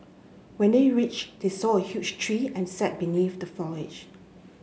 when they reached they saw a huge tree and sat beneath the foliage